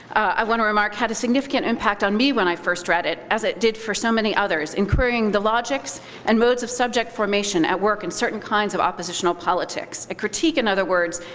i want to remark, had a significant impact on me when i first read it, as it did for so many others, incurring the logics and modes of subject formation at work in certain kinds of oppositional politics, a critique, in other words,